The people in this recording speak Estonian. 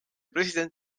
president